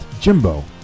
Jimbo